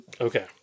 okay